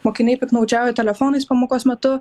mokiniai piktnaudžiauja telefonais pamokos metu